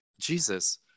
Jesus